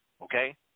Okay